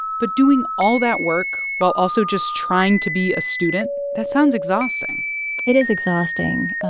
but doing all that work while also just trying to be a student, that sounds exhausting it is exhausting.